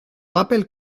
rappelle